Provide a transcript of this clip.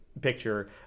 picture